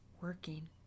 working